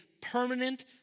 permanent